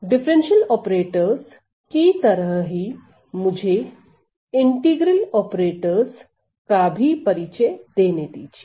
अवकल ऑपरेटरस की तरह ही मुझे इंटीग्रल ऑपरेटरस का भी परिचय देने दीजिए